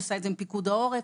עם פיקוד העורף,